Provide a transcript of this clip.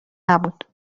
نبود